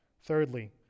thirdly